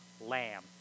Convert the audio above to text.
Lamb